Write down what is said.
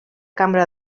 cambra